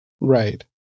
Right